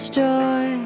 joy